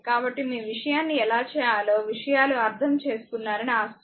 కాబట్టి ఈ విషయాన్ని ఎలా చేయాలో విషయాలు అర్థం చేసుకున్నారని ఆశిస్తున్నాను